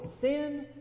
sin